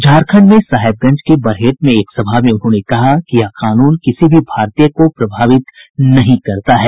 झारखंड में साहेबगंज के बरहेट में एक सभा में उन्होंने कहा कि यह कानून किसी भी भारतीय को प्रभावित नहीं करता है